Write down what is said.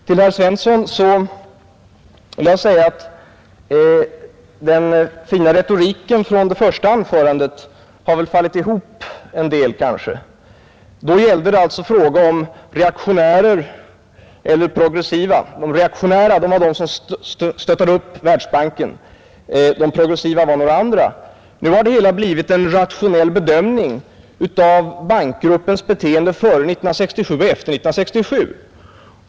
Till herr Svensson i Malmö vill jag säga att den fina retoriken från det första anförandet kanske har fallit ihop en del. Då gällde det reaktionärer och progressiva. De reaktionära var de som stöttade upp Världsbanken, de progressiva var några andra. Nu har det hela blivit en rationell bedömning av bankgruppens beteende före och efter år 1967.